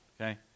okay